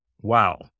wow